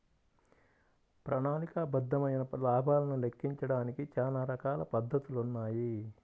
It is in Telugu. ప్రణాళికాబద్ధమైన లాభాలను లెక్కించడానికి చానా రకాల పద్ధతులున్నాయి